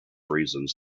reasons